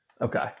Okay